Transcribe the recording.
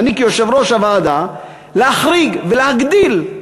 ואני יושב-ראש הוועדה, להחריג ולהגדיל.